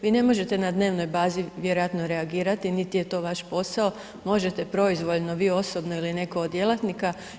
Vi ne možete na dnevnoj bazi vjerojatno reagirati niti je to vaš posao, možete proizvoljno vi osobno ili netko od djelatnika.